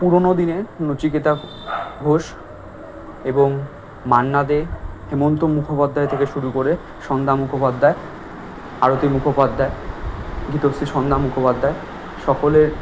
পুরনো দিনের নচিকেতা ঘোষ এবং মান্না দে হেমন্ত মুখোপাধ্যায় থেকে শুরু করে সন্ধ্যা মুখোপাধ্যায় আরতি মুখোপাধ্যায় গীতশ্রী সন্ধ্যা মুখোপাধ্যায় সকলের